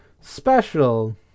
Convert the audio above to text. special